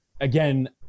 again